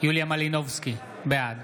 יוליה מלינובסקי, בעד